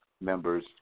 members